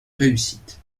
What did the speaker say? réussite